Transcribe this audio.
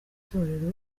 itorero